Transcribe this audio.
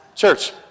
Church